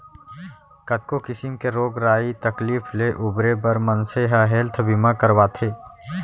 कतको किसिम के रोग राई तकलीफ ले उबरे बर मनसे ह हेल्थ बीमा करवाथे